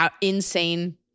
insane